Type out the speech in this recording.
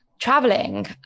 traveling